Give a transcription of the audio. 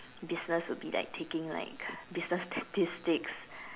business would be like taking like business statistics